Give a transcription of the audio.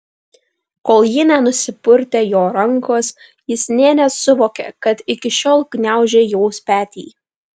kol ji nenusipurtė jo rankos jis nė nesuvokė kad iki šiol gniaužė jos petį